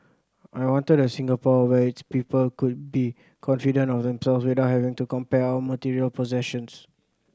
I wanted a Singapore where its people could be confident of themselves without having to compare our material possessions